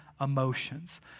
emotions